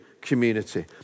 community